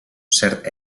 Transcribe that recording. cert